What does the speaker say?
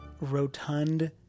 rotund